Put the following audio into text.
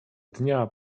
dnia